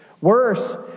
Worse